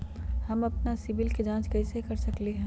हम अपन सिबिल के जाँच कइसे कर सकली ह?